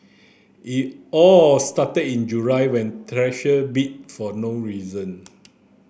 it all started in July when Treasure bit for no reason